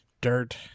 Dirt